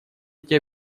эти